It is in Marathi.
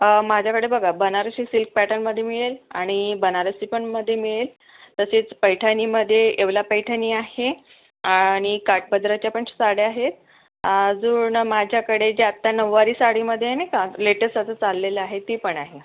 माझ्याकडे बघा बनारसी सिल्क पॅटर्नमध्ये मिळेल आणि बनारसी पण मध्ये मिळेल तसेच पैठणीमध्ये येवला पैठणी आहे आणि काठपदराच्या पण साड्या आहेत अजून माझ्याकडे जे आत्ता नऊवारी साडीमध्ये नाही का लेटेस्ट असं चालेलं आहे ते पण आहे